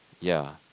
ya